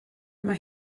mae